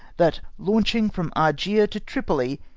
that, launching from argier to tripoly,